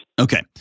Okay